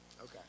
Okay